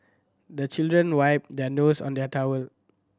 the children wipe their nose on their towel